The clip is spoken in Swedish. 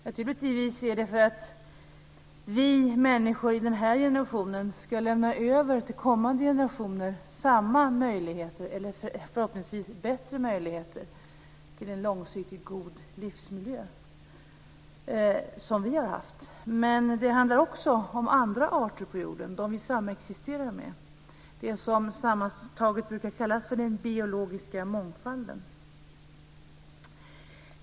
Naturligtvis är det för att vi människor i den här generationen ska kunna lämna över till kommande generationer samma möjligheter som vi har haft, eller förhoppningsvis bättre möjligheter, till en långsiktigt god livsmiljö. Det handlar också om andra arter på jorden som vi samexisterar med. Det brukar sammantaget kallas för den biologiska mångfalden.